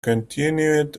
continued